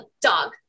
Dog